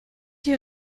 die